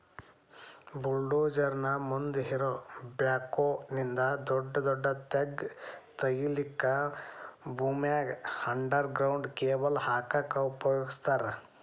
bulldozer ನ ಮುಂದ್ ಇರೋ ಬ್ಯಾಕ್ಹೊ ನಿಂದ ದೊಡದೊಡ್ಡ ತೆಗ್ಗ್ ತಗಿಲಿಕ್ಕೆ ಭೂಮ್ಯಾಗ ಅಂಡರ್ ಗ್ರೌಂಡ್ ಕೇಬಲ್ ಹಾಕಕ್ ಉಪಯೋಗಸ್ತಾರ